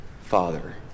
father